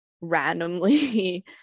randomly